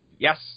Yes